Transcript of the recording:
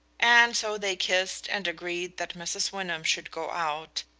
and so they kissed, and agreed that mrs. wyndham should go out,